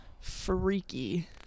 freaky